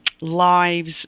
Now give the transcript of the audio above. lives